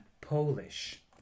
Polish